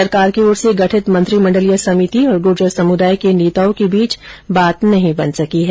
सरकार की ओर से गठित मंत्रिमण्डलीय समिति और गुर्जर समुदाय के नेताओं के बीच बात नहीं बन सकी है